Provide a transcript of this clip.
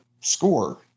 score